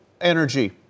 Energy